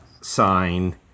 sign